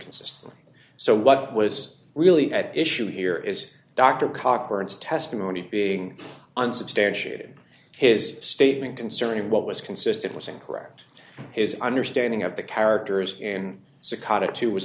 consistently so what was really at issue here is dr cockburn's testimony being unsubstantiated his statement concerning what was consistent was incorrect his understanding of the characters in secada two was